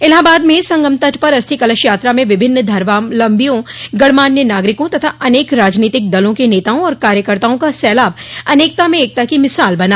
इलाहाबाद में संगम तट पर अस्थि कलश यात्रा में विभिन्न धर्मावलम्बियों गणमान्य नागरिकों तथा अनेक राजनीतिक दलों के नेताओं और कार्यकर्ताओं का सैलाब अनेकता में एकता की मिसाल बना